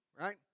right